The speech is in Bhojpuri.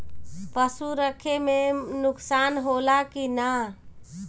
पशु रखे मे नुकसान होला कि न?